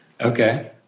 Okay